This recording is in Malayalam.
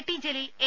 T Jaleel A